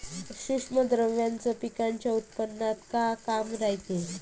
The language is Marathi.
सूक्ष्म द्रव्याचं पिकाच्या उत्पन्नात का काम रायते?